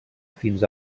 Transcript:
fins